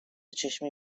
چشمی